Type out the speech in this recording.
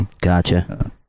Gotcha